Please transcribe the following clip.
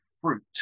fruit